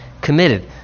committed